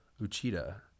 Uchida